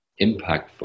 impactful